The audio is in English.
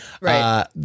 Right